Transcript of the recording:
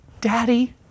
daddy